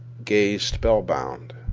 gazed spell bound.